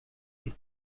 die